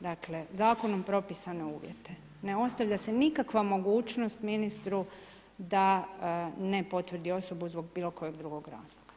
Dakle zakonom propisane uvjete, ne ostavlja se nikakva mogućnost ministru da ne potvrdi osobu zbog bilo kojeg drugog razloga.